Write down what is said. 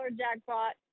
jackpot